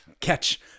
Catch